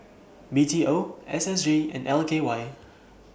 B T O S S G and L K Y